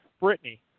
Brittany